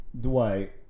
dwight